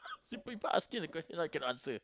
superbly but asking the question why you cannot answer